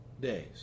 days